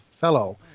fellow